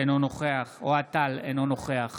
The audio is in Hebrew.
אינו נוכח אוהד טל, אינו נוכח